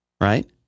right